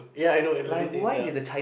ya I know it literally says here